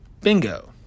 Bingo